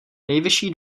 nejvyšší